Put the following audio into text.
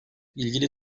i̇lgili